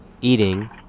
eating